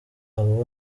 abo